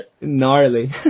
Gnarly